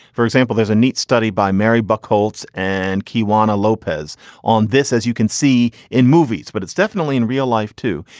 for example, there's a neat study by mary buchholtz and kawana lopez on this, as you can see in movies, but it's definitely in real life, too.